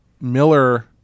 Miller